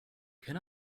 can